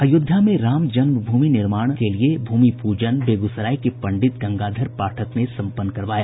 अयोध्या में रामजन्म भूमि निर्माण के लिये भूमि पूजन बेगूसराय के पंडित गंगाधर पाठक ने सम्पन्न करवाया